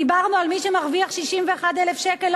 דיברנו על מי שמרוויח 61,000 שקלים.